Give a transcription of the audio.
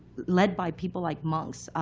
led by people like monks,